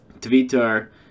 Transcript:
Twitter